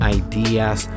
ideas